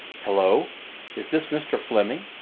hello is this mr. fleming?